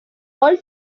all